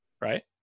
right